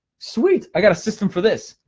sweet, i got a system for this.